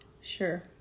Sure